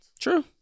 True